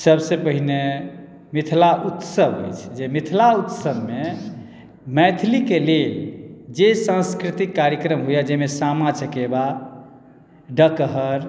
सभसे पहिने मिथिला उत्सव होइ छै जे मिथिला उत्सवमे मैथिलीके लेल जे सांस्कृतिक कार्यक्रम होइया जाहिमे सामा चकेवा डकहर